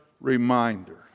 reminder